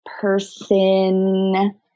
person